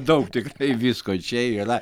daug tiktai visko čia yra